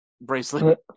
bracelet